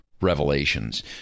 revelations